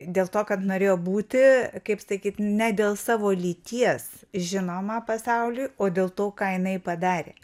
dėl to kad norėjo būti kaip sakyt ne dėl savo lyties žinoma pasauliui o dėl to ką jinai padarė